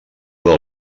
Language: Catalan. del